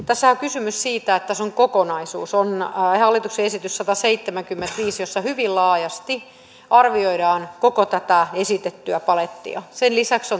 tässä on kysymys siitä että tässä on kokonaisuus on hallituksen esitys sataseitsemänkymmentäviisi jossa hyvin laajasti arvioidaan koko tätä esitettyä palettia sen lisäksi